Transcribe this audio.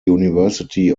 university